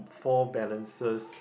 four balances